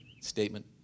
Statement